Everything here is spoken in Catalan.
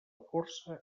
força